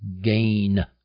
gain